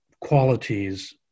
qualities